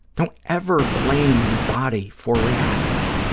don't ever blame your body for reacting.